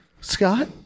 Scott